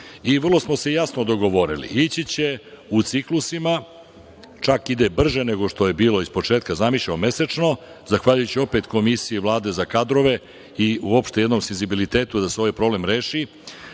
Vrlo smo se jasno dogovorili – ići će u ciklusima, čak ide brže nego što je bilo s početka zamišljeno mesečno, zahvaljujući opet Komisiji Vlade za kadrove i uopšte jednom senzibilitetu da se ovaj problem reši. Mi